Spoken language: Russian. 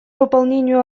выполнению